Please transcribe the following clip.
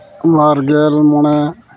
ᱵᱟᱨᱜᱮᱞ ᱢᱚᱬᱮ